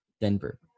Denver